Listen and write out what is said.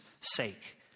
sake